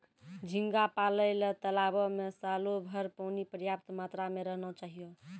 झींगा पालय ल तालाबो में सालोभर पानी पर्याप्त मात्रा में रहना चाहियो